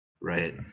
right